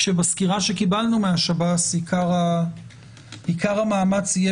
בסקירה שקיבלנו מן השב"ס עיקר המאמץ יהיה